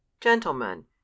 gentlemen